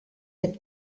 võib